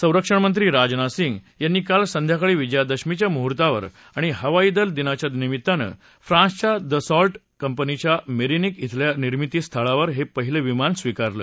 संरक्षणमंत्री राजनाथ सिंग यांनी काल संध्याकाळी विजयादशमीच्या मुहूर्तावर आणि हवाई दल दिनाच्या निमित्तानं फ्रांसच्या दसॉल्ट कंपनीच्या मेरिनेक शिल्या निर्मिती स्थळावर हे पहिलं विमान स्वीकारलं